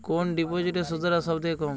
কোন ডিপোজিটে সুদের হার সবথেকে কম?